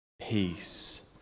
peace